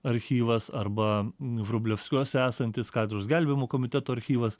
archyvas arba vrublevskiuose esantis katedros gelbėjimo komiteto archyvas